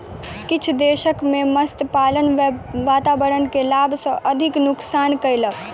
किछ दशक में मत्स्य पालन वातावरण के लाभ सॅ अधिक नुक्सान कयलक